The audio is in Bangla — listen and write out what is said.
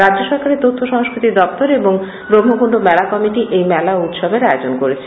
রাজ্য সরকারের তথ্য সংস্কৃতি দপ্তর এবং ব্রহ্মকুন্ড মেলা কমিটি এই মেলা ও উৎসবের আয়োজন করেছে